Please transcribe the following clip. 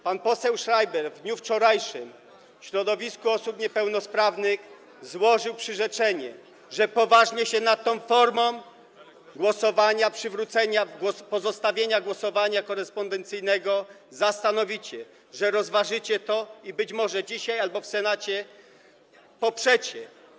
Pan poseł Schreiber w dniu wczorajszym środowisku osób niepełnosprawnych złożył przyrzeczenie, że poważnie się nad tą formą głosowania, pozostawieniem głosowania korespondencyjnego zastanowicie, że rozważycie to i być może dzisiaj albo w Senacie to poprzecie.